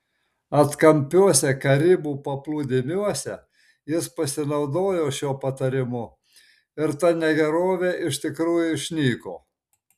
atkampiuose karibų paplūdimiuose jis pasinaudojo šiuo patarimu ir ta negerovė iš tikrųjų išnyko